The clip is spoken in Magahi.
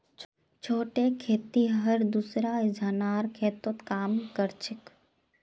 छोटे खेतिहर दूसरा झनार खेतत काम कर छेक